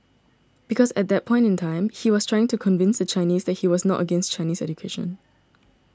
because at that point in time he was trying to convince the Chinese that he was not against Chinese education